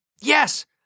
Yes